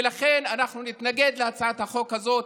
ולכן אנחנו נתנגד להצעת החוק הזאת.